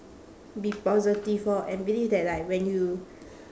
be positive lor and believe that like when you